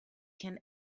can